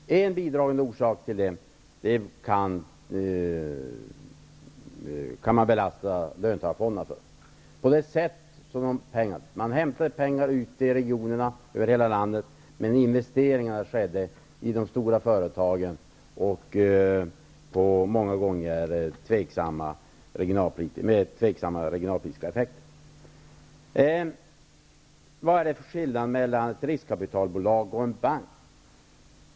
Det går att belasta löntagarfonderna för en bidragande orsak till detta, nämligen det sätt på vilket pengarna hämtades från regionerna i landet och sedan investerades i de stora företagen med många gånger tvivelaktiga regionalpolitiska effekter. Vad är det för skillnad mellan ett riskkapitalbolag och en bank?